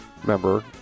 Remember